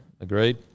Agreed